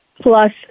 plus